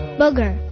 booger